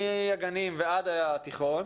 מן הגנים ועד התיכון,